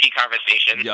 conversation